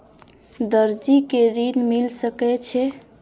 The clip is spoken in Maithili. दर्जी कै ऋण मिल सके ये?